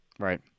Right